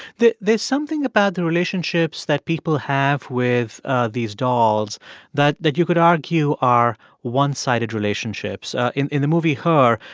there's something about the relationships that people have with ah these dolls that that you could argue are one-sided relationships. in in the movie her,